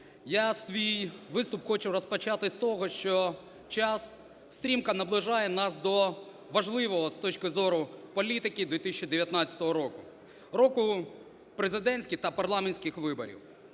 Я свій виступ хочу розпочати з того, що час стрімко наближає нас до важливого, з точки зору політики, 2019 року – року президентських та парламентських виборів.